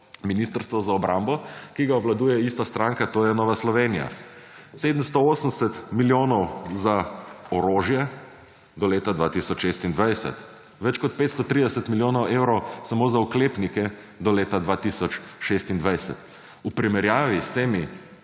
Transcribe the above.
Ministrstvo za obrambo, ki ga obvladuje ista stranka, to je Nova Slovenija, 780 milijonov za orožje do leta 2026, več kot 530 milijonov evrov samo za oklepnike do leta 2026. V primerjavi s temi